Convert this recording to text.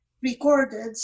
recorded